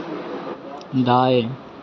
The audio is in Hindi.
दाएँ